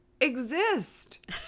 exist